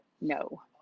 no